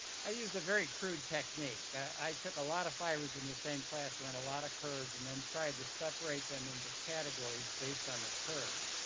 i used a very crude technique. i took a lot of fibers in the same class wherein a lot of curves and then tried to separate them into categories based on their curves.